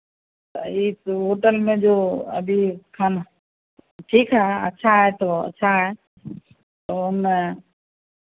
तो ई होटल में जो अभी खाना ठीक है अच्छा है तो अच्छा है तो हम